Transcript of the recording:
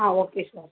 ah okay sir